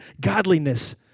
godliness